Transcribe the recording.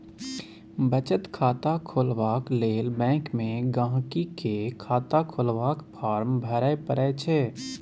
बचत खाता खोलबाक लेल बैंक मे गांहिकी केँ खाता खोलबाक फार्म भरय परय छै